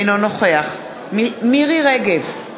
אינו נוכח מירי רגב,